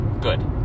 good